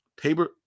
Tabor